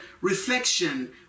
reflection